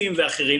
רופאים ואחרים